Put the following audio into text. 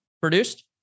produced